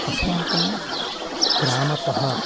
अस्माकं ग्रामतः